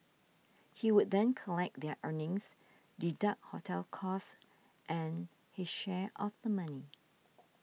he would then collect their earnings deduct hotel costs and his share of the money